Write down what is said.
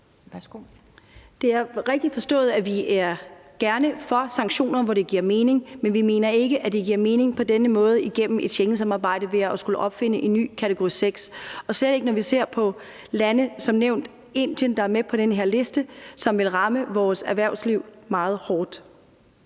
Det er rigtigt forstået, at vi er for sanktioner, hvor det giver mening, men vi mener ikke, at det giver mening på denne måde igennem et Schengensamarbejde, nemlig at skulle opfinde en ny kategori 6, og vi mener især ikke, at det giver mening, når vi som nævnt ser på lande som Indien, der er med på den her liste, og hvor det vil ramme vores erhvervsliv meget hårdt.